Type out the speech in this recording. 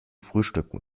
frühstücken